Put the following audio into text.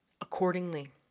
accordingly